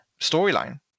storyline